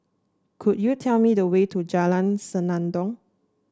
could you tell me the way to Jalan Senandong